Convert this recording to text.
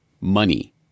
Money